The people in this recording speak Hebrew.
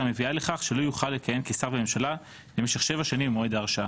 מביאה לכך שלא יוכל לכהן כשר בממשלה במשך שבע שנים ממועד ההרשעה.